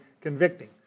convicting